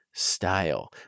Style